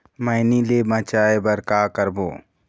मैनी ले बचाए बर का का करबो?